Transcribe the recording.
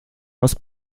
aus